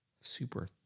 super